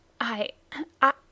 I—I